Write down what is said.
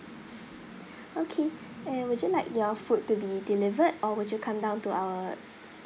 okay and would you like your food to be delivered or would you come down to our